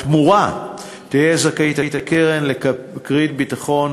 בתמורה תהא זכאית הקרן לכרית ביטחון